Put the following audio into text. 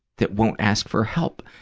that won't ask for help.